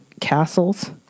castles